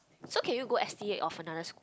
so can you go of another school